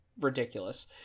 ridiculous